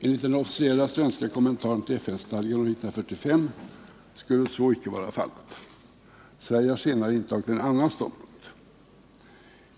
Enligt den officiella svenska kommentaren till FN-stadgan år 1945 skulle så icke vara fallet. Sverige har senare intagit en annan ståndpunkt.